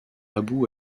abu